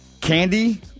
Candy